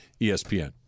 ESPN